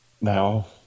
Now